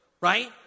right